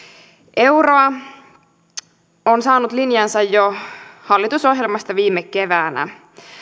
euroa joka on saanut linjansa jo hallitusohjelmasta viime keväänä